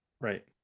right